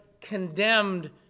condemned